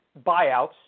buyouts